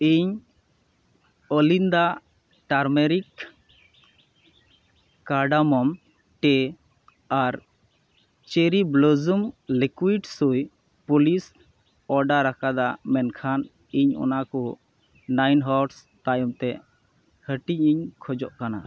ᱤᱧ ᱚᱞᱤᱱᱫᱟ turmeric cardamom tea ᱟᱨ cherry blossom liquid shoe polish order ᱟᱠᱟᱫᱟ ᱢᱮᱱᱠᱷᱟᱱ ᱤᱧ ᱚᱱᱟ ᱠᱚ ᱱᱟᱭᱤᱱ ᱦᱚᱨᱥ ᱛᱟᱭᱚᱢᱛᱮ ᱦᱟᱹᱴᱤᱧ ᱤᱧ ᱠᱷᱚᱡᱚᱜ ᱠᱟᱱᱟ